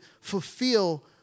fulfill